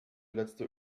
letzte